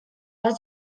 bat